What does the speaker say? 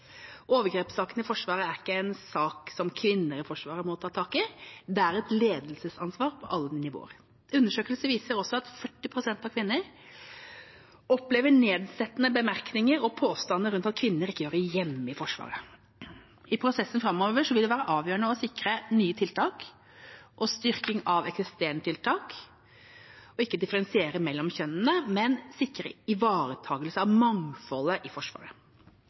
i Forsvaret er ikke en sak som kvinner i Forsvaret må ta tak i. Det er et ledelsesansvar på alle nivåer. Undersøkelser viser også at 40 pst. av kvinner opplever nedsettende bemerkninger og påstander om at kvinner ikke hører hjemme i Forsvaret. I prosessen framover vil det være avgjørende å sikre nye tiltak og styrking av eksisterende tiltak og ikke differensiere mellom kjønnene, men sikre ivaretakelse av mangfoldet i Forsvaret.